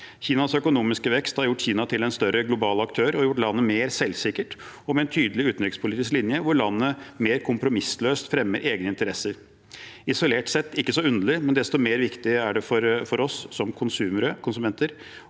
Kinas økonomiske vekst har gjort Kina til en større global aktør og har gjort landet mer selvsikkert – og med en tydelig utenrikspolitisk linje hvor landet mer kompromissløst fremmer egne interesser. Isolert sett er ikke det så underlig, men desto viktigere er det for oss som konsumenter